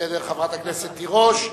חברת הכנסת תירוש,